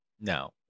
no